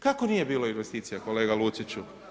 Kako nije bilo investicija kolega Luciću?